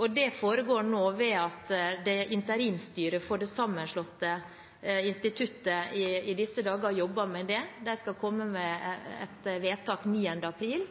og det foregår nå ved at interimsstyret for det sammenslåtte instituttet i disse dager jobber med det. De skal komme med et vedtak 9. april,